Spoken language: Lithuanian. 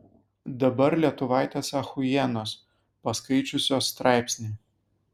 dabar lietuvaitės achuienos paskaičiusios straipsnį